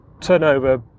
turnover